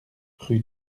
rue